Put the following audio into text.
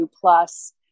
plus